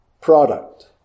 product